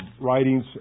Writings